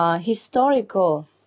historical